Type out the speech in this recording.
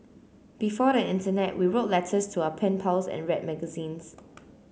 before the internet we wrote letters to our pen pals and read magazines